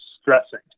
stressing